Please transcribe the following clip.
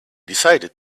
decided